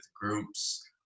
groups